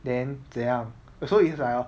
then 怎样 also it's like a